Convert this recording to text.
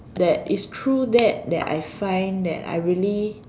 that it's true that that I find that I really